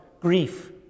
grief